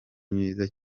myiza